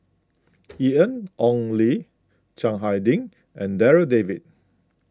Ian Ong Li Chiang Hai Ding and Darryl David